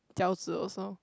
饺子:jiao-zi also